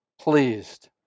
pleased